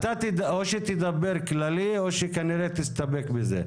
או שתדבר כללי או שתסתפק בזה.